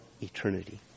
eternity